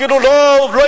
אפילו לא אתמול,